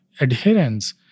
adherence